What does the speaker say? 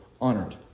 honored